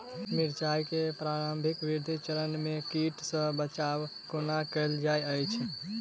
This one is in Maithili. मिर्चाय केँ प्रारंभिक वृद्धि चरण मे कीट सँ बचाब कोना कैल जाइत अछि?